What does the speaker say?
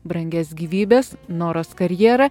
brangias gyvybes noros karjerą